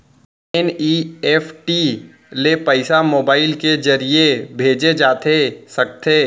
NEFT ले पइसा mobile के ज़रिए भेजे जाथे सकथे?